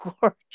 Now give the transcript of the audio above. gorgeous